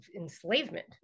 enslavement